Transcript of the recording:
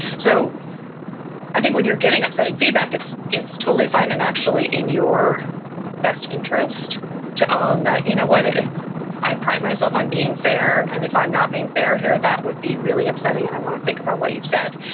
so i think when you're getting upsetting feedback it's it's totally fine and actually in your best interest to own that. you know i pride myself on being fair and if i'm not being fair here, that would be really upsetting and i want to think about what you've said,